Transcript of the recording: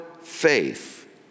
faith